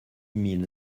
mille